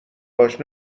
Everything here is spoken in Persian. باش